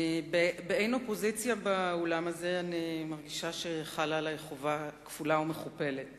באין אופוזיציה באולם אני מרגישה שחלה עלי חובה כפולה ומכופלת